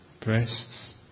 breasts